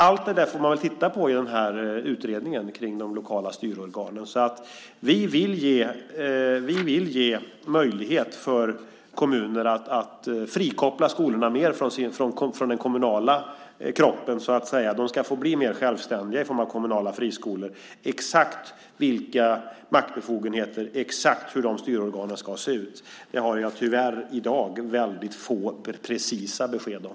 Allt det där får man titta på i utredningen om de lokala styrorganen. Vi vill ge möjlighet för kommuner att frikoppla skolorna mer från den kommunala kroppen, så att säga. De ska få bli mer självständiga i form av kommunala friskolor. Exakt vilka maktbefogenheter det ska vara och exakt hur styrorganen ska se ut har jag tyvärr i dag väldigt få precisa besked om.